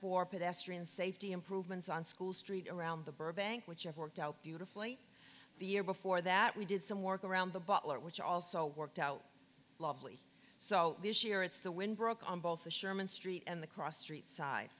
for pedestrian safety improvements on school st around the burbank which have worked out beautifully the year before that we did some work around the butler which also worked out lovely so this year it's the wind broke on both the sherman street and the cross street side